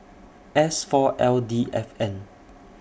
S four L D F N